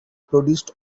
produced